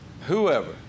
whoever